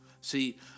See